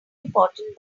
important